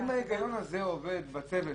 --- אם ההיגיון הזה עובד בצוות